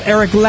Eric